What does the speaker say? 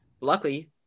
luckily